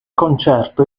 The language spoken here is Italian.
concerto